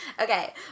Okay